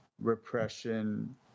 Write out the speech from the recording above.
repression